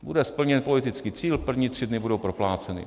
Bude splněn politický cíl, první tři dny budou propláceny.